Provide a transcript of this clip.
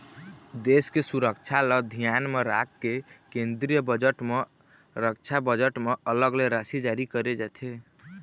देश के सुरक्छा ल धियान म राखके केंद्रीय बजट म रक्छा बजट म अलग ले राशि जारी करे जाथे